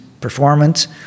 performance